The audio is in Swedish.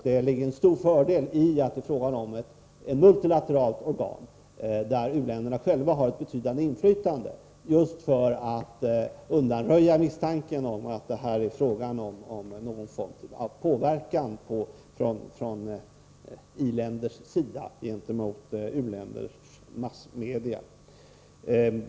Det ligger en stor fördel i att IPDC är ett multilateralt organ, där u-länderna själva har ett betydande inflytande, så att man kan undanröja misstanken om att det skulle vara fråga om någon sorts påverkan från i-länders sida gentemot u-länders massmedia.